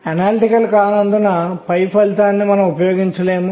అందువలన sZ2eℏ22m లేదా 2eℏ22me